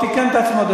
הוא תיקן את עצמו.